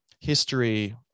history